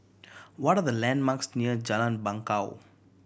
what are the landmarks near Jalan Bangau